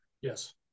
yes